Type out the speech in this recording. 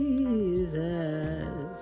Jesus